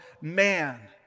Man